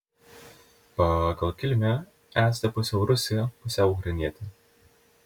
pagal kilmę esate pusiau rusė pusiau ukrainietė